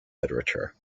literature